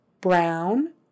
brown